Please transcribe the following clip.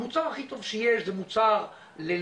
המוצר הכי טוב שיש זה מוצר ללא